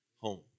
home